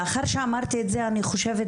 לאחר שאמרתי את הדברים האלה אני אומרת שאני חושבת